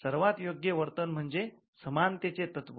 सर्वात योग्य वर्तन म्हणजे समानतेचे तत्व